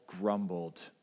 grumbled